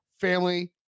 family